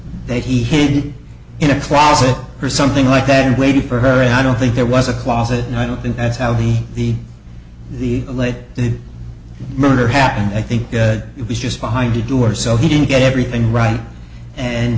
that he hid in a closet or something like that and waited for harry i don't think there was a closet and i don't think that's how the the the lead to the murder happened i think it was just behind to do or so he didn't get everything right and